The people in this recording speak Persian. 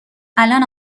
الان